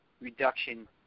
reduction